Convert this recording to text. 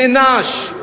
נענש,